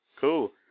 Cool